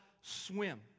swim